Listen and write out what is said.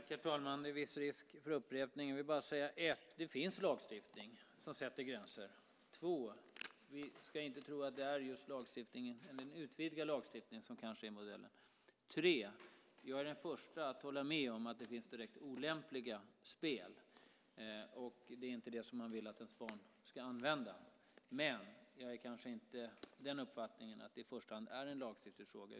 Herr talman! Det finns risk för upprepning, men jag vill bara säga följande: 1. Det finns lagstiftning som sätter gränser. 2. Vi ska inte tro att det just är en utvidgad lagstiftning som är modellen. 3. Jag är den förste att hålla med om att det finns direkt olämpliga spel. Det är inte sådana som man vill att ens barn ska använda. Men jag är kanske inte av den uppfattningen att detta i första hand är en lagstiftningsfråga.